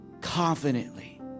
confidently